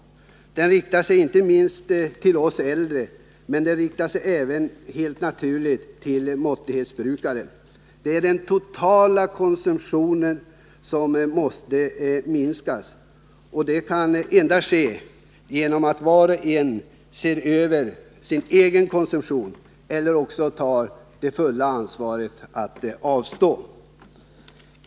Utmaningen riktar sig inte minst till oss äldre men helt naturligt även till måttlighetsbrukarna. Det är den totala konsumtionen som måste minskas. Detta kan endast ske genom att var och en ser över sin egen konsumtion eller tar det fulla ansvaret att helt avstå från alkohol.